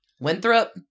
Winthrop